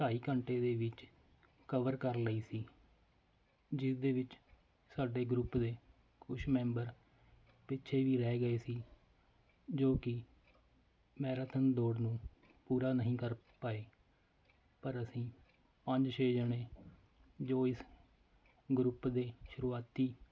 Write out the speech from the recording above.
ਢਾਈ ਘੰਟੇ ਦੇ ਵਿੱਚ ਕਵਰ ਕਰ ਲਈ ਸੀ ਜਿਸ ਦੇ ਵਿੱਚ ਸਾਡੇ ਗਰੁੱਪ ਦੇ ਕੁਛ ਮੈਂਬਰ ਪਿੱਛੇ ਵੀ ਰਹਿ ਗਏ ਸੀ ਜੋ ਕਿ ਮੈਰਾਥਨ ਦੌੜ ਨੂੰ ਪੂਰਾ ਨਹੀਂ ਕਰ ਪਾਏ ਪਰ ਅਸੀਂ ਪੰਜ ਛੇ ਜਣੇ ਜੋ ਇਸ ਗਰੁੱਪ ਦੇ ਸ਼ੁਰੂਆਤੀ